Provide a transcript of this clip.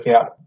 out